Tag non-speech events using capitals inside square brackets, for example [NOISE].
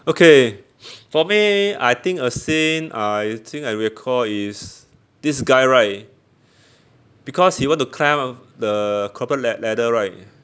okay [BREATH] for me I think a scene I think I recall is this guy right because he want to climb up the corporate la~ ladder right